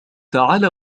تعال